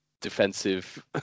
defensive